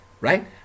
right